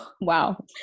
Wow